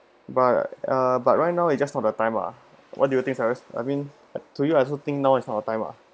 but uh but right now It just for the time lah what do you think cyrus I mean do you actually think now is ot the time lah